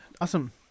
awesome